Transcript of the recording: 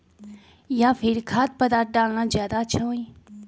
या फिर खाद्य पदार्थ डालना ज्यादा अच्छा होई?